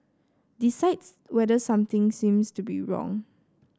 decides whether something seems to be wrong